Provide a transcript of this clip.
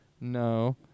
No